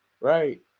right